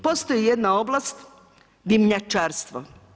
Postoji jedna oblast dimnjačarstvo.